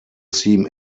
seem